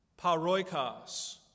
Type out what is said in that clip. paroikos